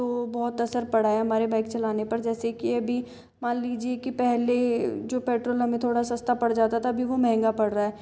बहुत असर पड़ा है हमारे बाइक चलाने पर जैसे की अभी मान लीजिये की पहले जो पेट्रोल हमें थोड़ा सस्ता पड़ जाता था अभी वो महंगा पड़ रहा है